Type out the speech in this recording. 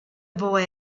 boy